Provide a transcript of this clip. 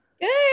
Good